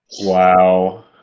Wow